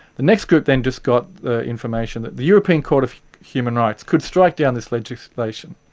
the next group then just got the information that the european court of human rights could strike down this legislation.